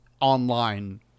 online